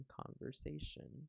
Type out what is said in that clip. conversation